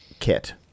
kit